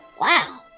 Wow